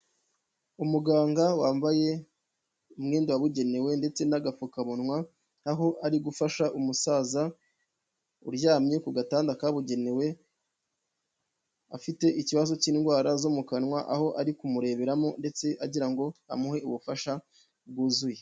Umuganga wambaye umwenda wabugenewe ndetse n'agafukamunwa aho ari gufasha umusaza uryamye ku gatanda kabugenewe, afite ikibazo cy'indwara zo mu kanwa aho ari kumureberamo ndetse agira ngo amuhe ubufasha bwuzuye.